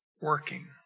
working